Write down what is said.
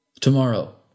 tomorrow